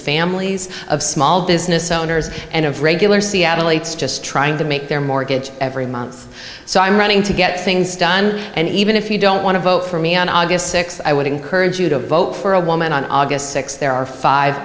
families of small business owners and of regular seattleites just trying to make their mortgage every month so i'm running to get things done and even if you don't want to vote for me on august th i would encourage you to vote for a woman on august th there are five